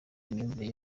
imyumvire